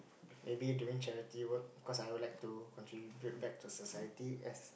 maybe doing charity work because I would like to contribute back to society as